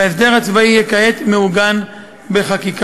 וההסדר הצבאי יהיה כעת מעוגן בחקיקה.